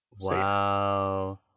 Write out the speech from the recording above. Wow